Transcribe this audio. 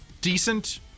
Decent